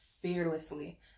fearlessly